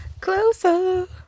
closer